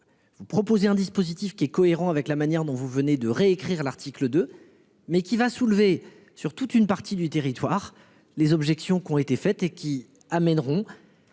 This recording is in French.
Vous proposer un dispositif qui est cohérent avec la manière dont vous venez de réécrire l'article de mais qui va soulever sur toute une partie du territoire. Les objections qu'ont été faites et qui amèneront.